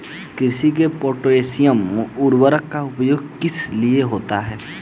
कृषि में पोटैशियम उर्वरक का प्रयोग किस लिए होता है?